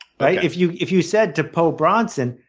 but if you if you said to po bronson,